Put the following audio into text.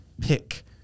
pick